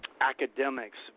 academics